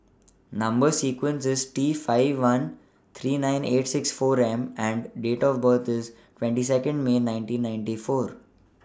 Number sequence IS T five one three nine eight six four M and Date of birth IS twenty Second May nineteen ninety four